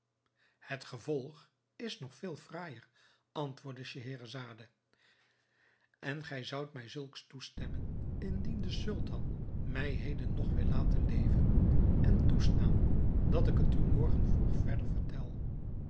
het vervolg is nog veel fraaijer antwoordde scheherazade en gij zoudt mij zulks toestemmen indien de sultan mij heden nog wil laten leven en toestaan dat ik het u morgen vroeg verder vertel